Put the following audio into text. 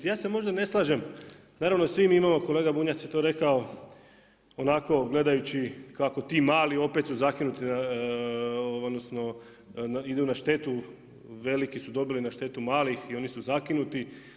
Ja se možda ne slažem, naravno svi mi imamo, kolega Bunjac je to rekao onako gledajući kako ti mali, opet su zakinuti, odnosno idu na štetu, veliki su dobili na štetu malih i oni su zakinuti.